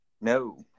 No